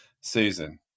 Susan